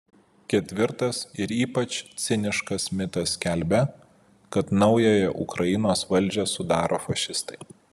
ketvirtas ir ypač ciniškas mitas skelbia kad naująją ukrainos valdžią sudaro fašistai